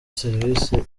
serivisi